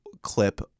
clip